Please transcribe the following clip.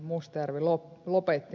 mustajärvi lopetti